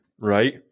right